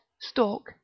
stalk